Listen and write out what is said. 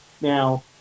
Now